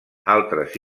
altres